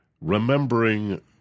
remembering